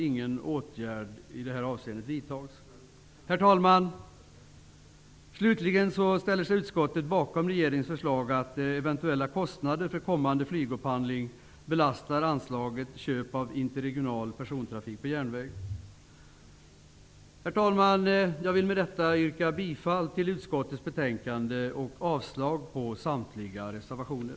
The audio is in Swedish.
Herr talman! Slutligen vill jag säga att utskottet ställer sig bakom regeringens förslag att eventuella kostnader för kommande flygupphandling belastar anslaget Köp av interregional persontrafik på järnväg. Herr talman! Jag vill med detta yrka bifall till hemställan i utskottets betänkande och avslag på samtliga reservationer.